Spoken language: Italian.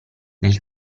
nel